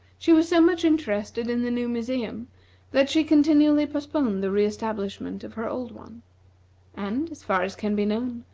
she was so much interested in the new museum that she continually postponed the re-establishment of her old one and, as far as can be known,